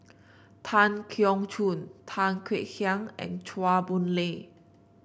Tan Keong Choon Tan Kek Hiang and Chua Boon Lay